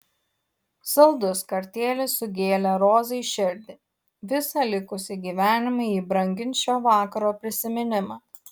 saldus kartėlis sugėlė rozai širdį visą likusį gyvenimą ji brangins šio vakaro prisiminimą